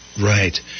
Right